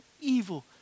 evil